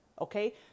Okay